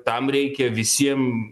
tam reikia visiem